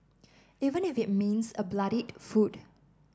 even if it means a bloodied foot